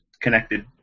connected